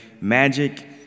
Magic